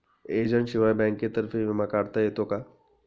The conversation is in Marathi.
एजंटशिवाय बँकेतर्फे विमा काढता येतो का?